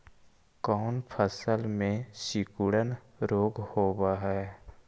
कोन फ़सल में सिकुड़न रोग होब है?